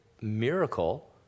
miracle